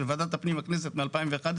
של וועדת הפנים בכנסת מ-2011,